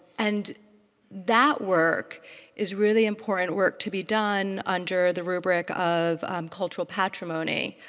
and that work is really important work to be done under the rubric of cultural patrimony.